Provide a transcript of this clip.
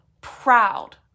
proud